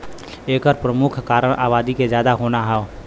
एकर परमुख कारन आबादी के जादा होना हौ